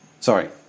Sorry